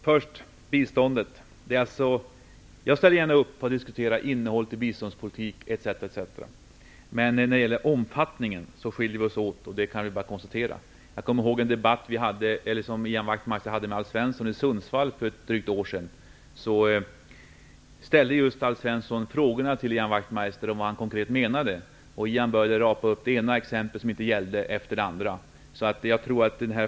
Herr talman! Först gäller det frågan om bistånd. Jag ställer upp på att diskutera innehållet i biståndspolitiken, etc. Men vi skiljer oss åt i uppfattningen om omfattningen. Det kan vi bara konstatera. Jag kommer ihåg en debatt som Ian Wachtmeister hade med Alf Svensson i Sundsvall för drygt ett år sedan. Då ställde Alf Svensson en konkret fråga till Ian Wachtmeister och undrade vad han menade. Ian Wachtmeister rapade upp det ena exemplet efter det andra som inte gällde.